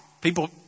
People